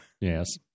yes